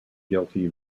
guilty